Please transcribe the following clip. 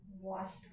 washed